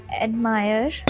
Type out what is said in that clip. Admire